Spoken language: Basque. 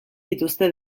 dituzte